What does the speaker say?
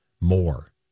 more